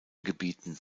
gebieten